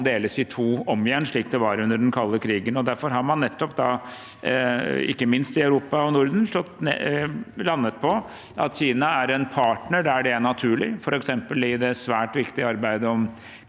deles i to om igjen, slik det var under den kalde krigen. Derfor har man nettopp, ikke minst i Europa og Norden, landet på at Kina er en partner der det er naturlig. For eksempel er det i det svært viktige arbeidet om